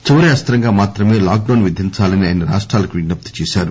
చివరి అస్తంగా మాత్రమే లాక్ డౌన్ విధించాలని ఆయన రాష్టాలకు విజ్ఞప్తి చేశారు